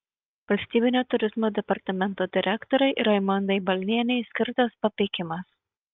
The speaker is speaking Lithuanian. valstybinio turizmo departamento direktorei raimondai balnienei skirtas papeikimas